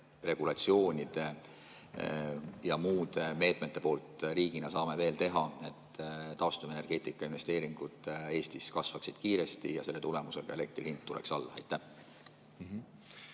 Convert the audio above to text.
regulatsioonide ja muude meetmete abil riigina saame veel teha, et taastuvenergeetikasse tehtavad investeeringud kasvaksid Eestis kiiresti ja selle tulemusena elektri hind tuleks alla. Aitäh!